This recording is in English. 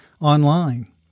online